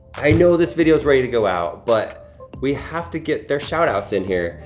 i know this video is ready to go out but we have to get their shout-outs in here.